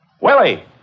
Willie